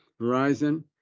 Verizon